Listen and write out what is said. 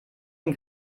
den